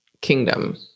kingdom